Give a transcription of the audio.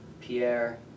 Pierre